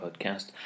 podcast